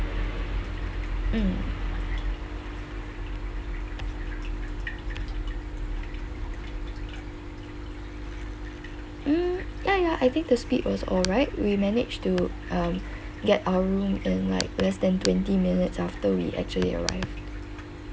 mm mm ya ya I think the speed was alright we managed to um get our room in like less than twenty minutes after we actually arrived